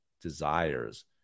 desires